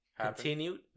continued